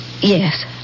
Yes